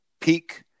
peak